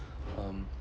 um